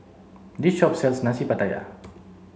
this shop sells Nasi Pattaya